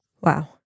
Wow